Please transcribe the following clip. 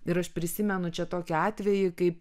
ir aš prisimenu čia tokį atvejį kaip